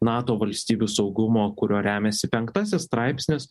nato valstybių saugumo kuriuo remiasi penktasis straipsnis